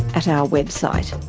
at our website.